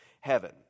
heaven